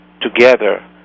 together